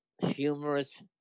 humorous